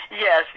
Yes